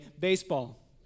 baseball